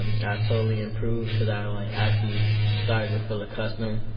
and totally improved cause i, like, actually started to feel accustomed. um